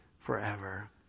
forever